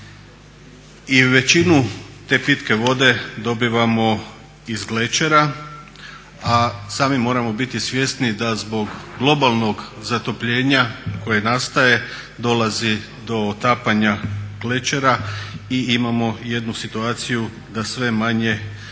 i većinu te pitke vode dobivamo iz glečera, a sami moramo biti svjesni da zbog globalnog zatopljenja koje nastaje dolazi do otapanja glečera i imamo jednu situaciju da sve manje imamo